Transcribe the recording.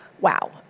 wow